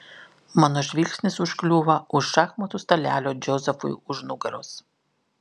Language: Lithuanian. mano žvilgsnis užkliūva už šachmatų stalelio džozefui už nugaros